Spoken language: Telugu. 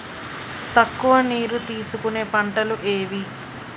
తక్కువ నీరు తీసుకునే పంటలు ఏవి?